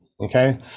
okay